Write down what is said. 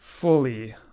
fully